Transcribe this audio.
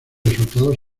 resultados